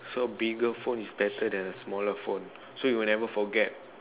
so bigger phone is better than a smaller phone so you would never forget